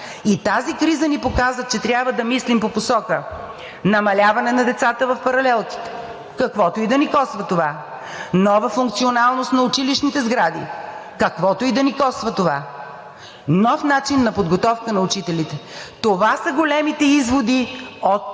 Тази криза ни показа, че трябва да мислим по посока намаляване на децата в паралелките, каквото и да ни коства това, нова функционалност на училищните сгради, каквото и да ни коства това, нов начин на подготовка на учителите. Това са големите изводи от